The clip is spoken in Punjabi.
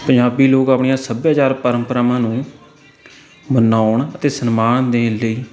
ਪੰਜਾਬੀ ਲੋਕ ਆਪਣੀਆਂ ਸੱਭਿਆਚਾਰ ਪਰੰਪਰਾਵਾਂ ਨੂੰ ਮਨਾਉਣ ਅਤੇ ਸਨਮਾਨ ਦੇਣ ਲਈ